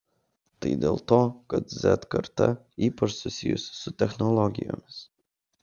tai dėl to kad z karta ypač susijusi su technologijomis